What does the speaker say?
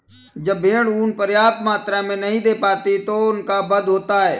जब भेड़ ऊँन पर्याप्त मात्रा में नहीं दे पाती तो उनका वध होता है